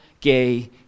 gay